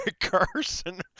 Carson